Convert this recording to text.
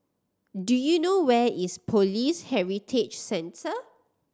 do you know where is Police Heritage Centre